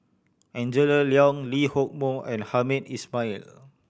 Angela Liong Lee Hock Moh and Hamed Ismail